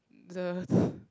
the